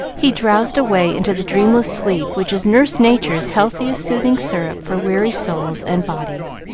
he drowsed away into the dreamless sleep which is nurse nature's healthiest soothing sirup for weary souls and bodies.